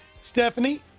Stephanie